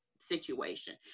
situation